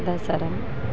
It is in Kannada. ದಸರಾ